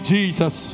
Jesus